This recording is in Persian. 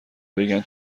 بگن